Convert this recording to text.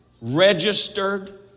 registered